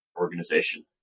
organization